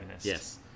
Yes